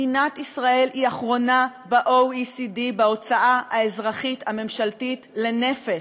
מדינת ישראל היא אחרונה ב-OECD בהוצאה האזרחית הממשלתית לנפש.